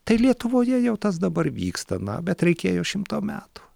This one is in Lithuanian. tai lietuvoje jau tas dabar vyksta na bet reikėjo šimto metų